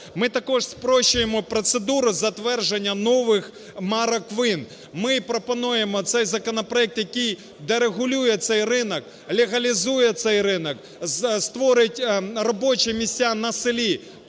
Ми також спрощуємо процедуру затвердження нових марок вин. Ми пропонуємо цей законопроект, який дерегулює цей ринок, легалізує цей ринок, створить робочі місця на селі,